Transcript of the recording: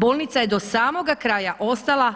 Bolnica je do samoga kraja ostala